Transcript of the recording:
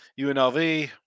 UNLV